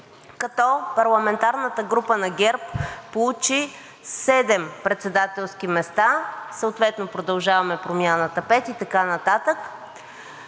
като парламентарната група на ГЕРБ получи 7 председателски места, съответно „Продължаваме Промяната“ – 5, и така нататък,